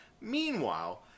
Meanwhile